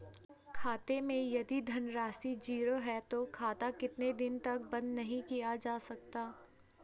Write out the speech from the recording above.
खाते मैं यदि धन राशि ज़ीरो है तो खाता कितने दिन तक बंद नहीं किया जा सकता?